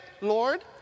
Lord